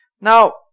Now